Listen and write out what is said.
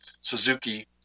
Suzuki